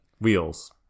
Wheels